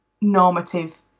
normative